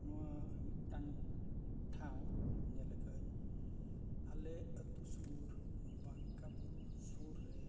ᱱᱚᱣᱟ ᱢᱤᱫᱴᱟᱝ ᱴᱷᱟᱶ ᱧᱮᱞ ᱟᱠᱟᱫᱟᱹᱧ ᱟᱞᱮ ᱟᱛᱳ ᱥᱩᱨ ᱵᱟᱝᱠᱟ ᱵᱩᱨᱩ ᱥᱩᱨ ᱨᱮ